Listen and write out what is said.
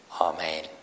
Amen